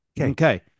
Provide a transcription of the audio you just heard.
Okay